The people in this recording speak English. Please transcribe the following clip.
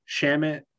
Shamit